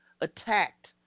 attacked